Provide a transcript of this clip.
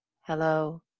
Hello